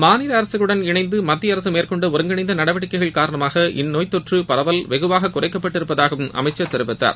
மாநில் அரசுகளுடன் இணைந்து மத்திய அரசு மேற்கொண்ட ஒருங்கிணைந்த நடவடிக்கைகள் காரணமாக இந்த நோய் தொற்று பரவல் வெகுவாக குறைக்கப்பட்டிருப்பதாகவும் அமைச்சர் தெரிவித்தார்